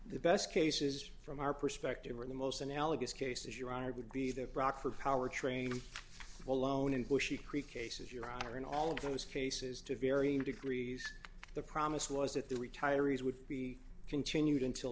the best cases from our perspective are the most analogous cases your honor would be that brock or power train alone in bushy creek cases your honor in all of those cases to varying degrees the promise was that the retirees would be continued until